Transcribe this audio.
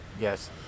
Yes